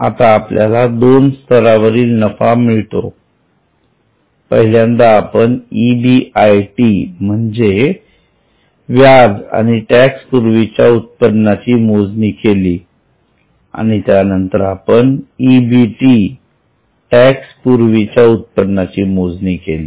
आता आपल्याला दोन स्तरावरील नफा मिळतो पहिल्यांदा आपण EBIT म्हणजे व्याज आणि टॅक्स पूर्वीच्या उत्पन्नाची मोजणी केली आणि त्यानंतर आपण EBT टॅक्स पूर्वीच्या उत्पन्नाची मोजणी केली